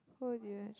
who do you